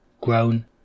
grown